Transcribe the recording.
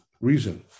reason